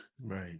Right